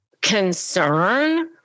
concern